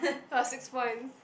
plus six points